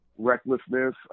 recklessness